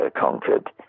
conquered